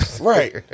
Right